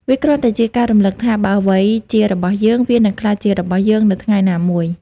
វាគ្រាន់តែជាការរំលឹកថា បើអ្វីជារបស់យើង វានឹងក្លាយជារបស់យើងនៅថ្ងៃណាមួយ។